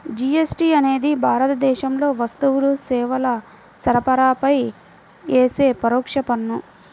GST అనేది భారతదేశంలో వస్తువులు, సేవల సరఫరాపై యేసే పరోక్ష పన్ను